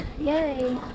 Yay